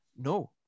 no